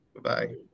Bye